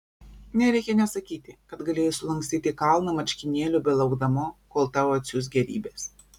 nereikia nė sakyti kad galėjai sulankstyti kalną marškinėlių belaukdama kol tau atsiųs gėrybes